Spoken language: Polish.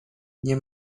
nie